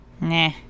Nah